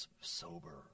sober